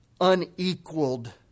unequaled